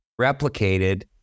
replicated